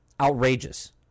outrageous